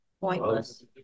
Pointless